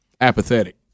apathetic